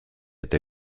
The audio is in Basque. eta